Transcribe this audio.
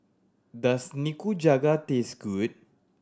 does Nikujaga taste good